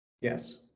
Yes